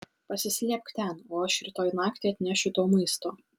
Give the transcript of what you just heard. pasislėpk ten o aš rytoj naktį atnešiu tau maisto